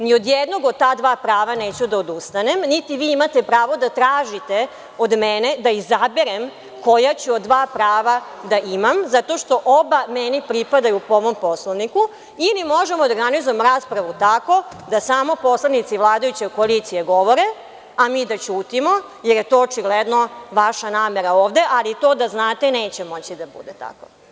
Ni od jednog od ta dva prava neću da odustanem, niti vi imate pravo da tražite od mene da izaberem koja ću od dva prava da imam, zato što oba meni pripadaju po ovom Poslovniku, ili možemo da organizujemo raspravu tako da samo poslanici vladajuće koalicije govore a mi da ćutimo, jer je to očigledno vaša namera ovde, ali to da znate neće moći da bude tako.